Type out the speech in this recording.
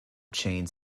chains